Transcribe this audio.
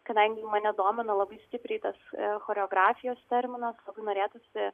kadangi mane domina labai stipriai tas choreografijos terminas labai norėtųsi